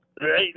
Right